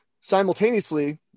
simultaneously